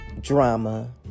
drama